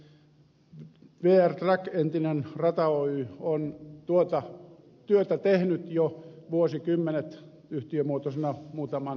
vr track entinen rata oy on tuota työtä tehnyt jo vuosikymmenet yhtiömuotoisena muutaman vuoden